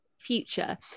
future